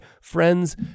friends